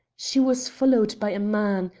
she was followed by a man,